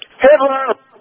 Hello